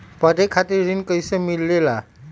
पढे खातीर ऋण कईसे मिले ला?